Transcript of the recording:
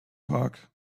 park